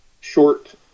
short